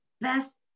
best